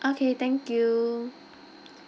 okay thank you